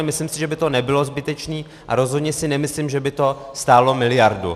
Myslím si, že by to nebylo zbytečné, a rozhodně si nemyslím, že by to stálo miliardu.